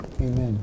Amen